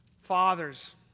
fathers